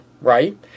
right